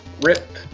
rip